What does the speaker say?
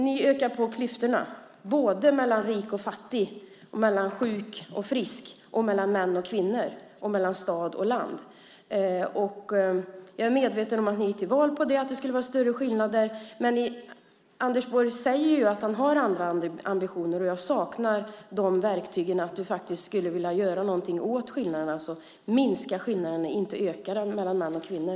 Ni ökar på klyftorna, både mellan rik och fattig, mellan sjuk och frisk, mellan män och kvinnor och mellan stad och land. Jag är medveten om att ni gick till val på det, att det skulle vara större skillnader. Men Anders Borg säger att han har andra ambitioner, och jag saknar de verktygen, att man faktiskt skulle vilja göra något åt skillnaderna, minska dem och inte öka dem mellan män och kvinnor.